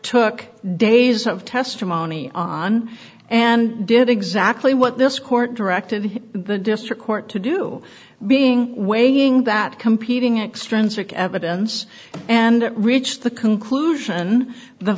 took days of testimony on and did exactly what this court directed the district court to do being waiting that competing extrinsic evidence and reach the conclusion the